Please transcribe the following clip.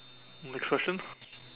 next question